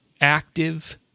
active